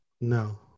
No